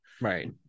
Right